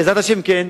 בעזרת השם כן.